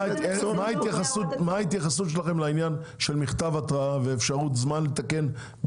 מה ההתייחסות שלכם לעניין של מכתב התראה ולאפשרות למתן זמן לתקן?